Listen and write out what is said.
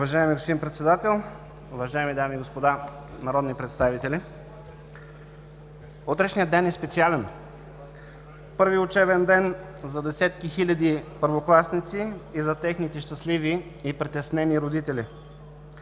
Уважаеми господин Председател, уважаеми дами и господа народни представители! Утрешният ден е специален – първи учебен ден за десетки хиляди първокласници и за техните щастливи и притеснени родители!